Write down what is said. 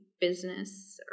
business